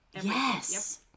Yes